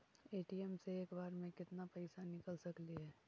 ATM से एक बार मे केत्ना पैसा निकल सकली हे?